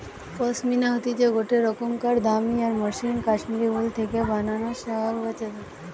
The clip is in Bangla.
পশমিনা হতিছে গটে রোকমকার দামি আর মসৃন কাশ্মীরি উল থেকে বানানো শাল বা চাদর